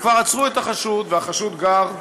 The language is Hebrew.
כבר עצרו את החשוד, והחשוד גר בדימונה,